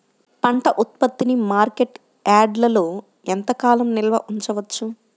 పంట ఉత్పత్తిని మార్కెట్ యార్డ్లలో ఎంతకాలం నిల్వ ఉంచవచ్చు?